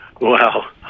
Wow